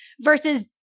versus